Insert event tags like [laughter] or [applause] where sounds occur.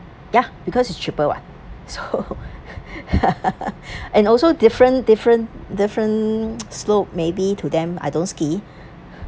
ya because it's cheaper [what] so [laughs] and also different different different [noise] slopes maybe to them I don't ski